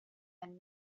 and